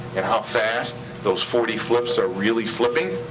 and how fast those forty flips are really flipping.